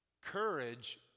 Courage